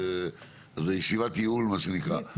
זו ישיבת ייעול מה שנקרא,